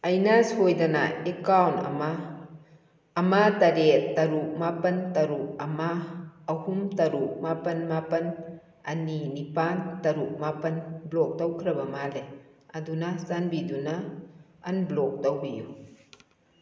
ꯑꯩꯅ ꯁꯣꯏꯗꯅ ꯑꯦꯀꯥꯎꯟ ꯑꯃ ꯑꯃ ꯇꯔꯦꯠ ꯇꯔꯨꯛ ꯃꯥꯄꯜ ꯇꯔꯨꯛ ꯑꯃ ꯑꯍꯨꯝ ꯇꯔꯨꯛ ꯃꯥꯄꯜ ꯃꯥꯄꯜ ꯑꯅꯤ ꯅꯤꯄꯥꯜ ꯇꯔꯨꯛ ꯃꯥꯄꯜ ꯕ꯭ꯂꯣꯛ ꯇꯧꯈ꯭ꯔꯕ ꯃꯥꯜꯂꯦ ꯑꯗꯨꯅ ꯆꯥꯟꯕꯤꯗꯨꯅ ꯑꯟꯕ꯭ꯂꯣꯛ ꯇꯧꯕꯤꯌꯨ